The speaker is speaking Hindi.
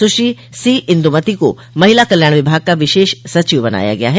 सुश्री सी इन्दुमती को महिला कल्याण विभाग का विशेष सचिव बनाया गया है